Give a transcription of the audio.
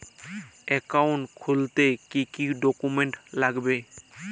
Account খুলতে কি কি ডকুমেন্ট লাগবে?